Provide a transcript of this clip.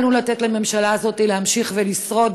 אל לנו לתת לממשלה הזאת להמשיך לשרוד.